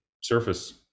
surface